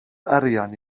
arian